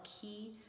key